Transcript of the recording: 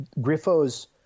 Griffo's